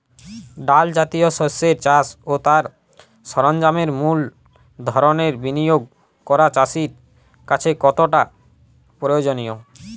ডাল জাতীয় শস্যের চাষ ও তার সরঞ্জামের মূলধনের বিনিয়োগ করা চাষীর কাছে কতটা প্রয়োজনীয়?